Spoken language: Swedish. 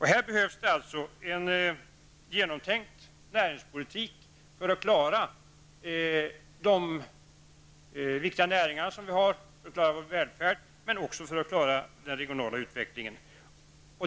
Här behövs en genomtänkt näringspolitik för att man skall kunna klara våra viktiga näringar och därmed även vår välfärd. En genomtänkt näringspolitik är viktig också för att man skall kunna klara den regionala utvecklingen.